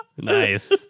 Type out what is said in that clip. Nice